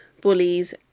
bullies